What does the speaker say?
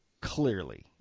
clearly